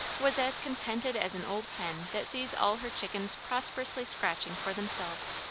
was as contented as an old hen that sees all her chickens prosperously scratching for themselves.